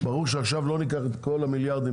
ברור שלא ניקח עכשיו את כל המיליארדים